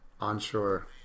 onshore